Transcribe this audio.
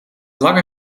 lange